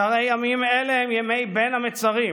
שהרי ימים אלה הם ימי בין המצרים,